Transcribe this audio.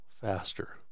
faster